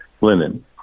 linen